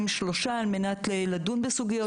היא תתכנס אחת לחודשיים-שלושה על מנת לדון בסוגיות